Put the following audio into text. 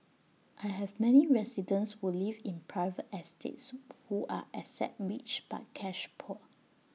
I have many residents who live in private estates who are asset rich but cash poor